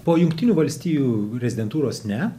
po jungtinių valstijų rezidentūros ne